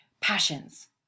passions